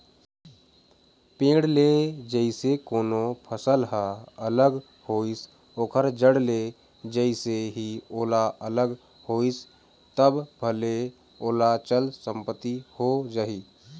पेड़ ले जइसे कोनो फसल ह अलग होइस ओखर जड़ ले जइसे ही ओहा अलग होइस तब भले ओहा चल संपत्ति हो जाही